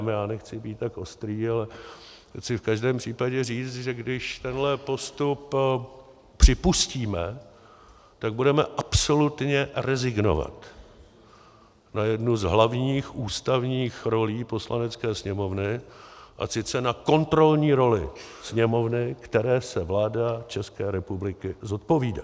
Já nechci být tak ostrý, ale chci v každém případě říct, že když tenhle postup připustíme, tak budeme absolutně rezignovat na jednu z hlavních ústavních rolí Poslanecké sněmovny, a sice na kontrolní roli Sněmovny, které se vláda České republiky zodpovídá.